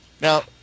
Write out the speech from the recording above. now